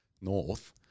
North